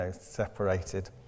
separated